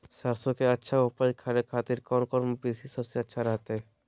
सरसों के अच्छा उपज करे खातिर कौन कौन विधि सबसे अच्छा रहतय?